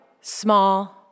small